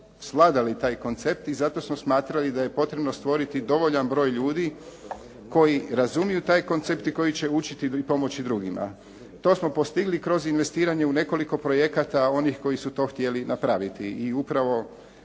svladali taj koncept i zato smo smatrali da je potrebno stvoriti dovoljan broj ljudi koji razumiju taj koncept i koji će učiti i pomoći drugima. To smo postigli kroz investiranje u nekoliko projekata, onih koji su to htjeli napraviti i upravo